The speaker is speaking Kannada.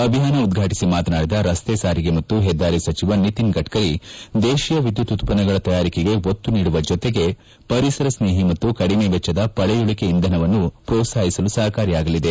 ಅಭಿಯಾನ ಉದ್ವಾಟಿಸಿ ಮಾತನಾಡಿದ ರಸ್ತೆ ಸಾರಿಗೆ ಮತ್ತು ಹೆದ್ದಾರಿ ಸಚಿವ ನಿತಿನ್ ಗಡ್ಡರಿ ದೇಶೀಯ ವಿದ್ಯುತ್ ಉತ್ಪನ್ನಗಳ ತಯಾರಿಕೆಗೆ ಒತ್ತು ನೀಡುವ ಜೊತೆಗೆ ಪರಿಸರ ಸ್ನೇಹಿ ಮತ್ತು ಕಡಿಮೆ ವೆಚ್ಚದ ಪಳಯುಳಿಕೆ ಇಂಧನವನ್ನು ಪ್ರೋತ್ಸಾಹಿಸಲು ಸಹಕಾರಿಯಾಗಲಿದೆ